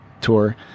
tour